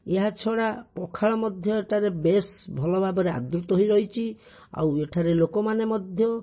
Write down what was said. ଏହା ଛଡ଼ା ପଖାଳ ମଧ୍ୟ ଏଠାରେ ବେସ୍ ଭଲ ଭାବରେ ଆଦୃତ ହୋଇ ରହିଛି ଆଉ ଏଠାରେ ଲୋକମାନେ ମଧ୍ୟ